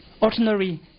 ordinary